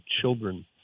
children